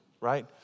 right